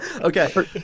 Okay